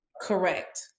Correct